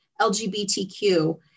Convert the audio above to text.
LGBTQ